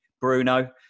Bruno